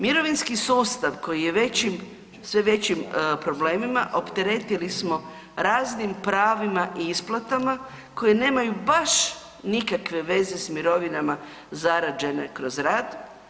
Mirovinski sustav koji je u sve većim problemima opteretili smo raznim pravima i isplatama koje nemaju baš nikakve veze s mirovinama zarađene kroz rad.